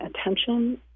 attention